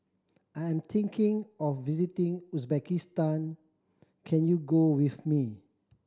I'm thinking of visiting Uzbekistan can you go with me